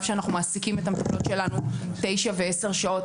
שאנחנו מעסיקים את המטפלות שלנו תשע ועשר שעות,